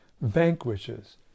vanquishes